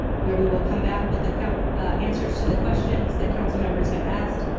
where we will come back with the answers to the questions that council members have asked,